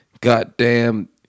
goddamn